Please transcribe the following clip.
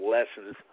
Lessons